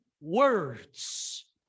words